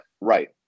right